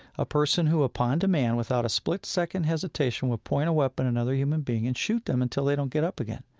a person who, upon demand, without a split-second hesitation, will point a weapon at another human being and shoot them until they don't get up again.